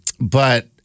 but-